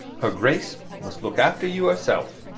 her grace must look after you herself.